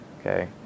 okay